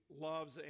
loves